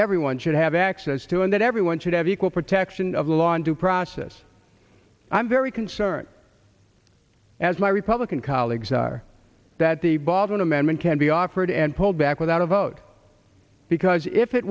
everyone should have access to and that everyone should have equal protection of the law and to process i'm very concerned as my republican colleagues are that the bobbin amendment can be offered and pulled back without a vote because if it